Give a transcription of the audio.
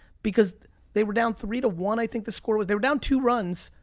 because they were down three to one, i think the score was. they were down two runs,